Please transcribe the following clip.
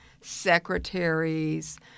secretaries